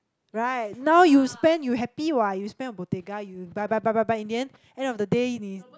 right now you spend you happy [what] you spend on Bottega you buy buy buy buy buy in the end end of the day 你